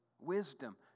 wisdom